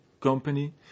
company